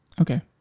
okay